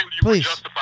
Please